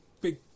big